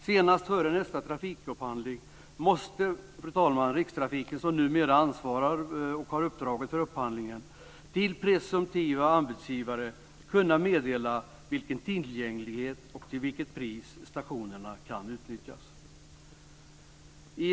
Senast före nästa trafikupphandling måste, fru talman, Rikstrafiken, som numera ansvarar för detta och har uppdraget att upphandla, till presumtiva anbudsgivare kunna meddela vilken tillgänglighet som kommer att gälla och till vilket pris stationerna kan utnyttjas.